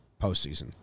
postseason